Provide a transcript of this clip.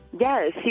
Yes